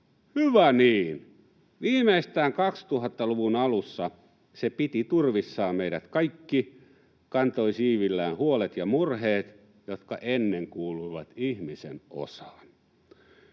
hyvä niin. Viimeistään 2000-luvun alussa se piti turvissaan meidät kaikki, kantoi siivillään huolet ja murheet, jotka ennen kuuluivat ihmisen osaan.